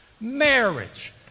marriage